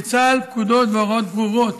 לצה"ל יש פקודות והוראות ברורות